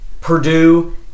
Purdue